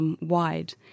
wide